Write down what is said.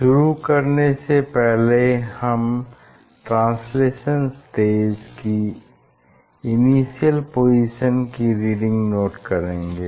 शुरू करने से पहले हम ट्रांसलेशन स्टेज की इनिशियल पोजीशन की रीडिंग नोट करेंगे